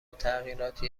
تغییراتی